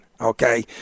Okay